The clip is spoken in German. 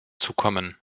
zukommen